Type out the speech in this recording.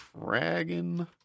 Dragon